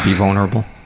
vulnerable?